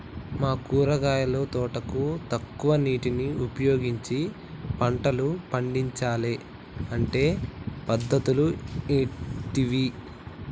మా కూరగాయల తోటకు తక్కువ నీటిని ఉపయోగించి పంటలు పండించాలే అంటే పద్ధతులు ఏంటివి?